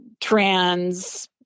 trans